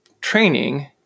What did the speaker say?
training